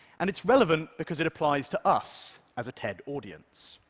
and it's relevant because it applies to us as a ted audience.